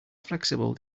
flexible